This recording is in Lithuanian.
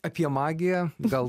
apie magiją gal